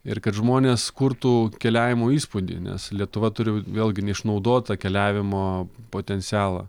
ir kad žmonės kurtų keliavimo įspūdį nes lietuva turi vėlgi neišnaudotą keliavimo potencialą